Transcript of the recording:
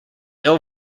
ill